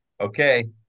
Okay